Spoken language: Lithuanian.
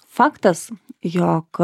faktas jog